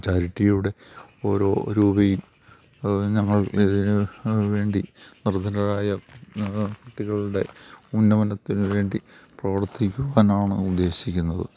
ചാരിറ്റിയുടെ ഓരോ രൂപയും ഞങ്ങൾ വേണ്ടി നിർധനരായ കുട്ടികളുടെ ഉന്നമനത്തിന് വേണ്ടി പ്രവർത്തിക്കുവാനാണ് ഉദ്ദേശിക്കുന്നത്